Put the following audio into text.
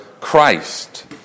Christ